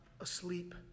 asleep